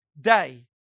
day